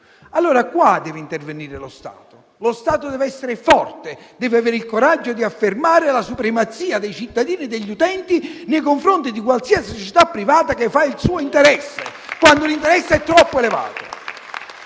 allora che deve intervenire lo Stato. Lo Stato deve essere forte, deve avere il coraggio di affermare la supremazia dei cittadini e degli utenti nei confronti di qualsiasi società privata che fa il suo interesse, quando l'interesse è troppo elevato.